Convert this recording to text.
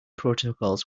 protocols